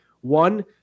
One